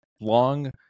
long